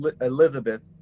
Elizabeth